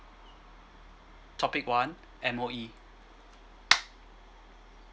topic one M_O_E